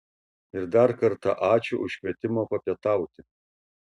ir dar kartą ačiū už kvietimą papietauti